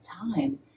time